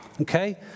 Okay